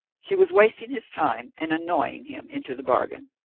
she was wasting his time and annoying him into the bargain.